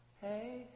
hey